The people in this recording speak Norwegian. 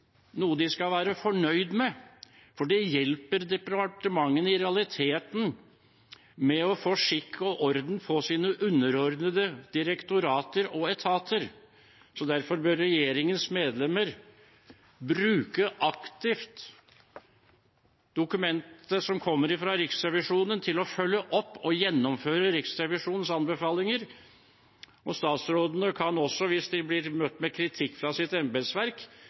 noe de skal være fornøyd med, for de hjelper i realiteten departementene med å få skikk og orden på sine underordnede direktorater og etater. Derfor bør regjeringens medlemmer aktivt bruke dokumentet som kommer fra Riksrevisjonen til å følge opp og gjennomføre Riksrevisjonens anbefalinger. Statsrådene kan også, hvis de blir møtt med kritikk fra sitt embetsverk,